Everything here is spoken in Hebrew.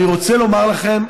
אני רוצה לומר לכם,